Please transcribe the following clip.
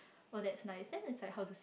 oh that's nice then it is like how